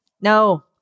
No